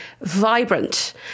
vibrant